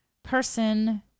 person